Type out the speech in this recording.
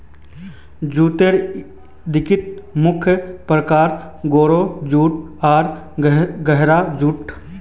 जूटेर दिता मुख्य प्रकार, गोरो जूट आर गहरा जूट